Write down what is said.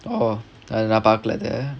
oh அத நா பாக்கல அத:atha naa paakkala atha